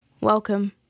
Welcome